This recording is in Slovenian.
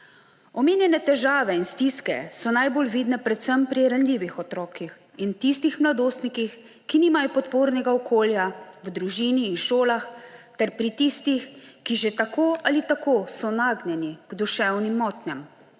Omenjene težave in stiske so najbolj vidne predvsem pri ranljivih otrocih in tistih mladostnikih, ki nimajo podpornega okolja v družini in šolah, ter pri tistih, ki so že tako ali tako nagnjeni k duševnim motnjam.